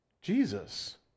Jesus